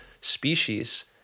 species